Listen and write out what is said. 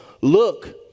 look